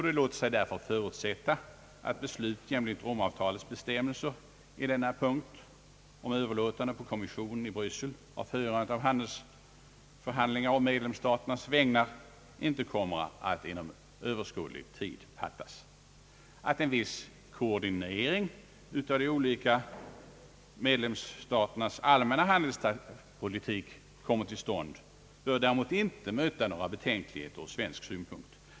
Det låter sig därför förutsätta att beslut jämlikt Rom-avtalets bestämmelser i denna punkt om överlåtande på kommissionen i Bryssel av förandet av handelsförhandlingar på medlemsstaternas vägnar inte kommer att inom Ööverskådlig tid fattas. Att en viss koordinering av de olika medlemsländernas allmänna handelspolitik kommer till stånd bör däremot inte möta betänkligheter ur svensk synpunkt.